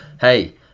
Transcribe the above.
hey